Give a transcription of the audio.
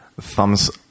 thumbs